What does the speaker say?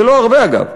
זה לא הרבה, אגב,